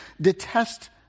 detest